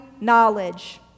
knowledge